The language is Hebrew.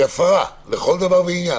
היא הפרה לכל דבר ועניין,